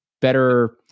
better